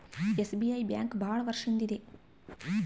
SBI bank ಭಾಳ ವರ್ಷ ಇಂದ ಇದೆ